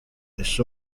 ese